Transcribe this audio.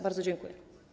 Bardzo dziękuję.